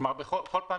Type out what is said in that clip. כלומר בכל פעם